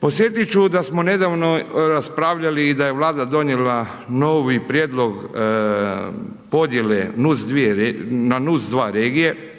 Podsjetiti ću da smo nedavno raspravljali i da je vlada donijela novi prijedlog podjele na NUC2 regije